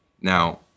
now